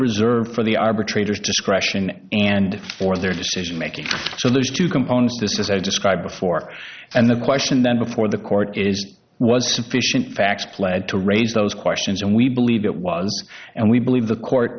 reserved for the arbitrator's discretion and or their decision making so those two components this is i described before and the question that before the court is was sufficient facts pled to raise those questions and we believe it was and we believe the court